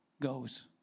goes